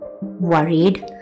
worried